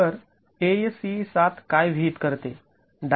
तर ASCE ७ काय विहित करते